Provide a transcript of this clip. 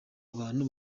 abantu